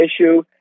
issue